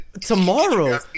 Tomorrow